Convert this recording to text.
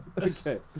Okay